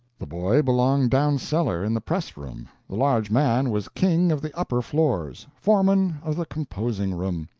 the boy belonged down cellar in the press-room, the large man was king of the upper floors, foreman of the composing-room.